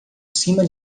cima